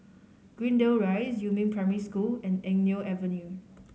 Greendale Rise Yumin Primary School and Eng Neo Avenue